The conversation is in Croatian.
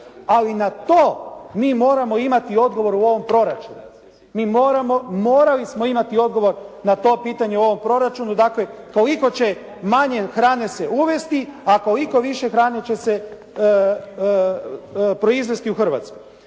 Ali i na to mi moramo imati odgovor u ovom proračunu. Morali smo imati odgovor na to pitanje u ovom proračunu. Dakle, koliko će manje hrane se uvesti, a koliko više hrane će se proizvesti u Hrvatskoj.